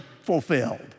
fulfilled